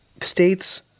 states